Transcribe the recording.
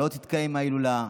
לא תתקיים ההילולה,